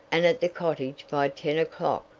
and at the cottage by ten o'clock,